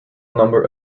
number